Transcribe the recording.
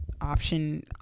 option